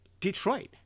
Detroit